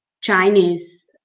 Chinese